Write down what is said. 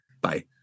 Bye